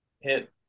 Hit